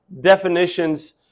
definitions